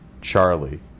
Charlie